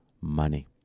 money